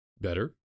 better